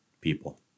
people